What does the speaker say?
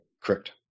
Correct